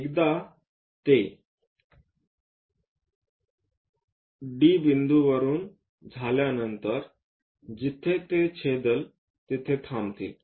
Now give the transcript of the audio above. एकदा ते D बिंदूवरुन झाल्यानंतर जिथे ते छेदेल तिथे थांबतील